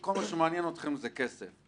וכל מה שמעניין אתכם זה כסף